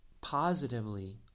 positively